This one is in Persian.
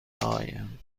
آیم